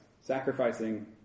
Sacrificing